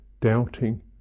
doubting